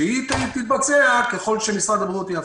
שהיא תתבצע ככל שמשרד הבריאות יאפשר.